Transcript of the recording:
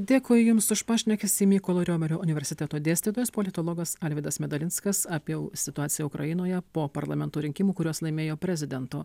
dėkoju jums už pašnekesį mykolo romerio universiteto dėstytojas politologas alvydas medalinskas apie situaciją ukrainoje po parlamento rinkimų kuriuos laimėjo prezidento